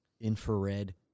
infrared